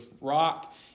rock